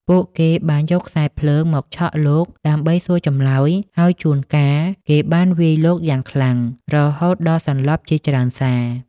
ពួកគេបាន យកខ្សែភ្លើងមកឆក់លោក ដើម្បីសួរចម្លើយ ហើយជួនកាល ពួកគេបានវាយលោកយ៉ាងខ្លាំង រហូតដល់សន្លប់ជាច្រើនសារ។